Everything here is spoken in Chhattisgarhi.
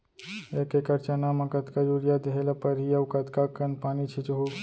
एक एकड़ चना म कतका यूरिया देहे ल परहि अऊ कतका कन पानी छींचहुं?